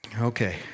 Okay